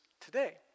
today